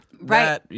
Right